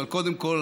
אבל קודם כול